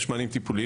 יש מענים טיפולים.